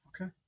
Okay